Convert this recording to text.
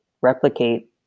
replicate